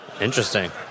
Interesting